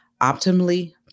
optimally